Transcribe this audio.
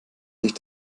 sich